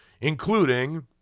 including